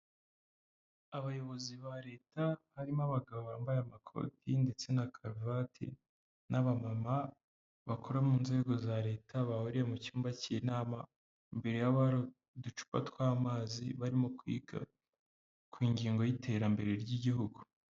Abayobozi ba leta harimo abagabo bambaye amakoti ndetse na karuvati n'abamama bakora mu nzego za leta, bahuriye mu cyumba cy'inama, imbere yabo hari uducupa tw'amazi, barimo kwiga ku ngingo y'iterambere ry'igihugu.